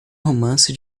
romance